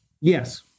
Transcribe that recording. Yes